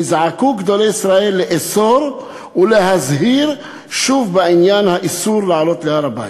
נזעקו גדולי ישראל לאסור ולהזהיר שוב בעניין האיסור לעלות להר-הבית.